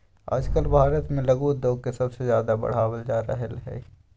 आजकल भारत में लघु उद्योग के सबसे ज्यादा बढ़ावल जा रहले है